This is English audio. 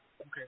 Okay